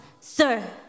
sir